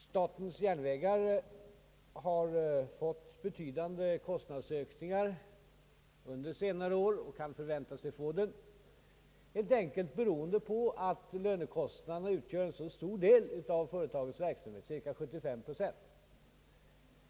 Statens järnvägar har fått betydande kostnadsökningar under senare år och kan även förvänta sig sådana i framtiden, helt enkelt beroende på att lönerna utgör en så stor del av företagets kostnader, nämligen cirka 75 procent.